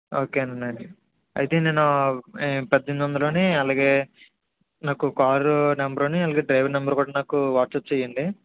okay అండి అయితే నేను పద్దెనిమిది వందలూని అలాగే నాకు కార్ నెంబరూని డ్రైవర్ నెంబరు నాకు వాట్సప్ చెయ్యండే